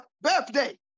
birthday